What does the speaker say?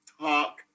talk